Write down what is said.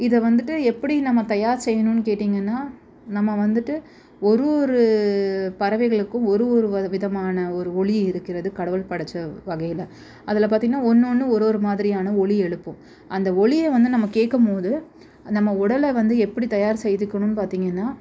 இதை வந்துவிட்டு எப்படி நம்ம தயார் செய்யணுன்னு கேட்டீங்கன்னா நம்ம வந்துவிட்டு ஒரு ஒரு பறவைகளுக்கும் ஒரு ஒரு விதமான ஒரு ஒலி இருக்கிறது கடவுள் படைத்த வகையில் அதில் பார்த்தீங்கன்னா ஒன்று ஒன்று ஒரு ஒரு மாதிரியான ஒலி எழுப்பும் அந்த ஒலியை வந்து நம்ம கேட்கும் போது நம்ம உடலை வந்து எப்படி தயார் செய்துக்கணும்னு பார்த்தீங்கன்னா